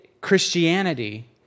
Christianity